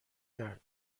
کرد